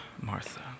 Martha